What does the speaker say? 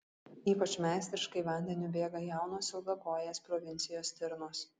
ypač meistriškai vandeniu bėga jaunos ilgakojės provincijos stirnos